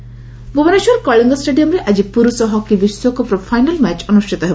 hockey Bhubaneswar Kalinga ଷ୍ଟାଡିୟମ୍ରେ ଆଜି ପୁରୁଷ ହକି ବିଶ୍ୱକପ୍ର ଫାଇନାଲ୍ ମ୍ୟାଚ୍ ଅନୁଷିତ ହେବ